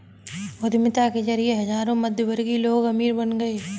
उद्यमिता के जरिए हजारों मध्यमवर्गीय लोग अमीर बन गए